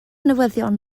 newyddion